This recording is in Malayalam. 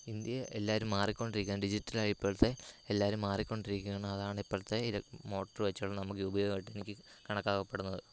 ഇന്ത്യയെ എല്ലാരും മാറിക്കൊണ്ടിരിക്കയാണ് ഡിജിറ്റലായപ്പോഴേക്കും എല്ലാരും മാറിക്കൊണ്ടിരിക്കുവാണ് അതാണിപ്പോഴത്തെ മോട്ടർ വെച്ചുള്ള നമുക്ക് ഉപയോഗമായിട്ട് എനിക്ക് കണക്കാക്കപ്പെടുന്നത്